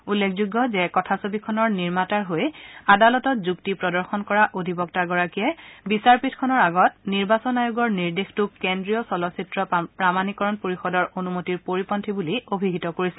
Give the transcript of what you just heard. উল্লেখযোগ্য যে কথাছবিখনৰ নিৰ্মাতাৰ হৈ আদালতত যুক্তি প্ৰদৰ্শন কৰা অধিবক্তাগৰাকীয়ে বিচাৰপীঠখনৰ আগত নিৰ্বাচন আয়োগৰ নিৰ্দেশটোক কেন্দ্ৰীয় চলচ্চিত্ৰ প্ৰামাণিকৰণ পৰিষদৰ অনুমতিৰ পৰিপন্থী বুলি অভিহিত কৰিছিল